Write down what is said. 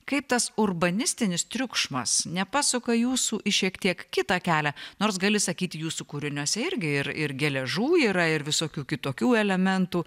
kaip tas urbanistinis triukšmas nepasuka jūsų į šiek tiek kitą kelią nors gali sakyti jūsų kūriniuose irgi ir ir geležų yra ir visokių kitokių elementų